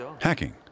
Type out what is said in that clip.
hacking